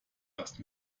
dass